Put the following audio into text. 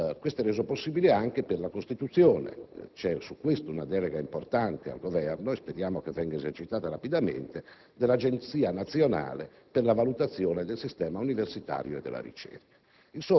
Questo è reso possibile anche per la costituzione - su questo esiste una delega importante al Governo e speriamo che venga esercitata rapidamente - dell'Agenzia nazionale per la valutazione del sistema universitario e della ricerca,